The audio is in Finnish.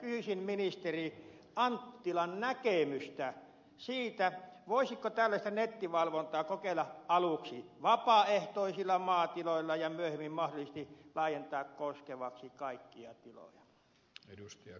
pyysin ministeri anttilan näkemystä siitä voisiko tällaista nettivalvontaa kokeilla aluksi vapaaehtoisilla maatiloilla ja myöhemmin mahdollisesti laajentaa koskevaksi kaikkia tiloja